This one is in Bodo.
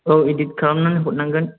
औ एडिट खालामनानै हरनांगोन